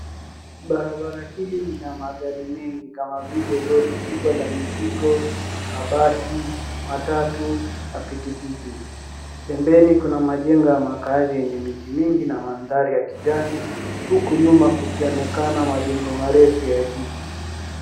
Barabara hili lina magari mengi kama vile lori kubwa la mizigo, mabasi, matatu na pikipiki. Pembeni kuna majengo ya makazi yenye miti mingi na mandhari ya kijani huku nyuma kukionekana majengo marefu ya jiji.